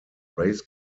race